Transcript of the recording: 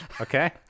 okay